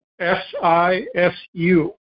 S-I-S-U